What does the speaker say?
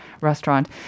restaurant